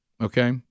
Okay